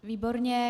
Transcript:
Výborně.